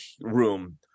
room